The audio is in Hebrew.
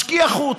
משקיע-חוץ.